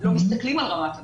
לא מסתכלים על רמת הנוגדנים.